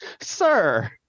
Sir